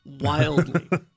Wildly